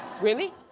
really?